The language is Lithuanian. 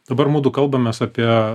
dabar mudu kalbamės apie